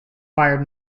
fired